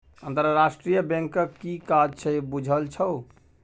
अंतरराष्ट्रीय बैंकक कि काज छै बुझल छौ?